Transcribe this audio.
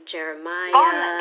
Jeremiah